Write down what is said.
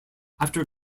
after